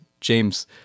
James